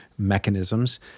Mechanisms